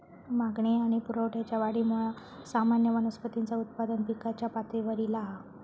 मागणी आणि पुरवठ्याच्या वाढीमुळा सामान्य वनस्पतींचा उत्पादन पिकाच्या पातळीवर ईला हा